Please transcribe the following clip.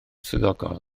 swyddogol